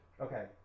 Okay